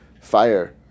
fire